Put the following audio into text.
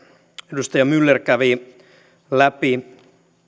edustaja myller kävi läpi